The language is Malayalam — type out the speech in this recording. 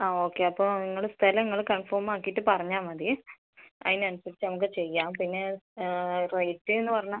ആ ഓക്കെ അപ്പോൾ നിങ്ങൾ സ്ഥലം നിങ്ങൾ കൺഫേം ആക്കിയിട്ട് പറഞ്ഞാൽ മതി അതിന് അനുസരിച്ച് നമുക്ക് ചെയ്യാം പിന്നെ റേറ്റ് എന്ന് പറഞ്ഞാൽ